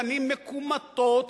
פנים מקומטות,